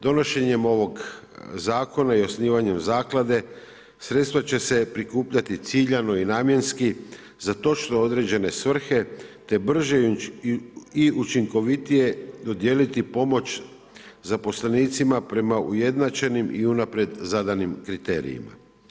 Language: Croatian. Donošenjem ovog zakona i osnivanjem zaklade, sredstva će se prikupljati ciljano i namjenski za točno određene svrhe te brže i učinkovitije dodijeliti pomoć zaposlenicima prema ujednačenim i unaprijed zadanim kriterijima.